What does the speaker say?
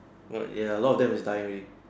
but ya a lot of them is dying already